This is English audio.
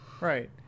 right